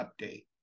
update